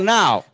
now